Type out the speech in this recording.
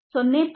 19 5